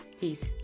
Peace